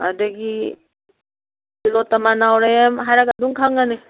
ꯑꯗꯒꯤ ꯇꯤꯜꯂꯣꯇꯃꯥ ꯅꯥꯎꯔꯦꯝ ꯍꯥꯏꯔꯒ ꯑꯗꯨꯝ ꯈꯪꯉꯅꯤ